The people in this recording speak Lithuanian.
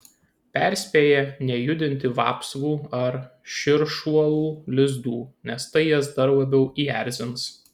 perspėja nejudinti vapsvų ar širšuolų lizdų nes tai jas dar labiau įerzins